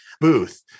booth